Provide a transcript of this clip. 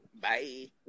Bye